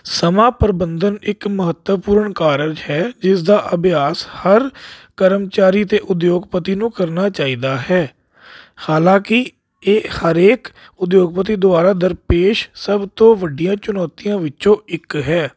ਸਮਾਂ ਪ੍ਰਬੰਧਨ ਇੱਕ ਮਹੱਤਵਪੂਰਨ ਕਾਰਜ ਹੈ ਜਿਸਦਾ ਅਭਿਆਸ ਹਰ ਕਰਮਚਾਰੀ ਅਤੇ ਉਦਯੋਗਪਤੀ ਨੂੰ ਕਰਨਾ ਚਾਹੀਦਾ ਹੈ ਹਾਲਾਂਕਿ ਇਹ ਹਰੇਕ ਉਦਯੋਗਪਤੀ ਦੁਆਰਾ ਦਰਪੇਸ਼ ਸਭ ਤੋਂ ਵੱਡੀਆਂ ਚੁਣੌਤੀਆਂ ਵਿੱਚੋਂ ਇੱਕ ਹੈ